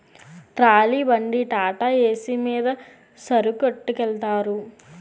trolley బండి టాటాఏసి మీద సరుకొట్టికెలతారు